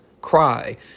cry